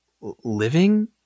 living